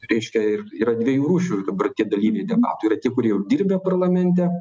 reiškia yra dviejų rūšių ir dabar tie dalyviai debatų yra tie kurie jau dirbę parlamente